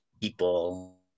people